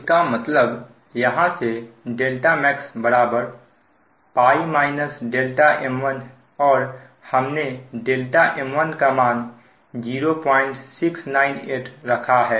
इसका मतलब यहां से δmax π m1 और हमने m1 का मान 0698 रखा है